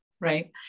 Right